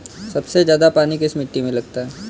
सबसे ज्यादा पानी किस मिट्टी में लगता है?